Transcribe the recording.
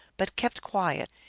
but kept quiet.